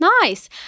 Nice